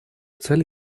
цель